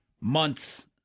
months